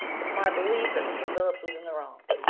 it's my belief that mr. phillips was in the wrong.